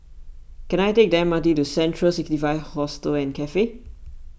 can I take the M R T to Central sixty five Hostel and Cafe